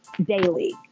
daily